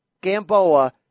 Gamboa